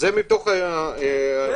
מאזור מאי.